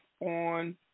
on